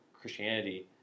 Christianity